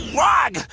frog,